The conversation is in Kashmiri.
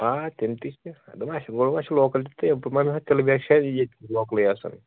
آ تِم تہِ چھِ اَسہِ چھِ لوکَل تہِ تہِ تِلہٕ بیگ چھِ اَسہِ ییٚتِکی لوکلٕے آسان